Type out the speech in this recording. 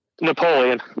Napoleon